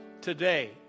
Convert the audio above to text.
today